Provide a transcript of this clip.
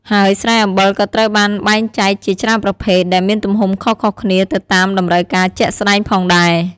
ហើយស្រែអំបិលក៏ត្រូវបានបែងចែកជាច្រើនប្រភេទ ដែលមានទំហំខុសៗគ្នា ទៅតាមតម្រូវការជាក់ស្ដែងផងដែរ។